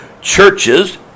churches